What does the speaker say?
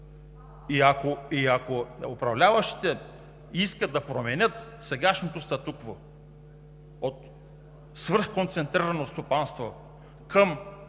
Ако управляващите искат да променят сегашното статукво от свръхконцентрирано стопанство към